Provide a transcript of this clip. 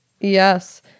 Yes